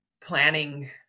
planning